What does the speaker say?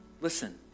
Listen